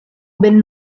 ben